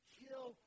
kill